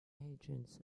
agents